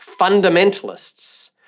fundamentalists